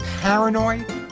paranoid